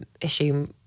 issue